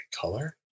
color